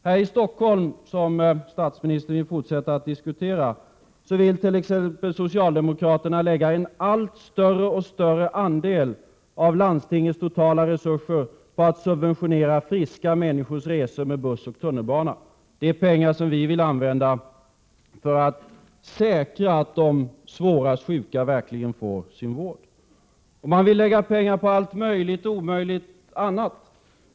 Här i Stockholm, som statsministern vill fortsätta att diskutera, vill socialdemokraterna t.ex. lägga en allt större andel av landstingets totala resurser på att subventionera friska människors resor med buss och tunnelbana. Det är pengar som vi vill använda för att säkra att de svårast sjuka verkligen får sin vård. Man vill lägga pengar på allt möjligt och omöjligt annat.